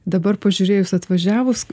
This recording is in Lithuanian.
dabar pažiūrėjus atvažiavus